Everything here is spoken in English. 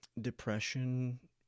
depression